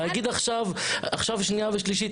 להגיד אל תעכבו את זה עכשיו בשנייה ושלישית,